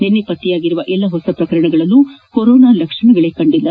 ನಿನ್ನೆ ಪತ್ನೆಯಾಗಿರುವ ಎಲ್ಲ ಹೊಸ ಪ್ರಕರಣಗಳಲ್ಲೂ ಕೊರೋನಾ ಲಕ್ಷಣಗಳೇ ಕಂಡಿಲ್ಲ